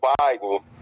Biden